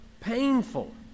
painful